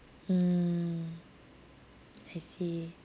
mm I see